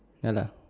ya lah